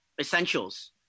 essentials